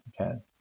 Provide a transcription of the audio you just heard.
okay